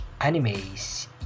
animes